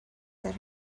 that